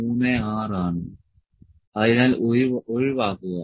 36 ആണ് അതിനാൽ ഒഴിവാക്കുക